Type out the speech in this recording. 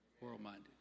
World-minded